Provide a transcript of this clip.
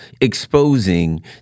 exposing